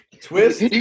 Twist